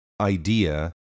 idea